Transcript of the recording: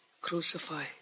Crucify